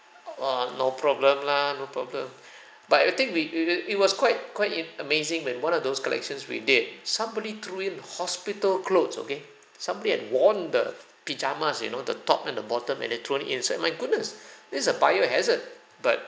orh no problem lah no problem but you think we we it was quite quite im~ amazing when one of those collections we did somebody threw in hospital clothes okay somebody had worn the pyjamas you know the top and the bottom and they thrown it inside my goodness this is a biohazard but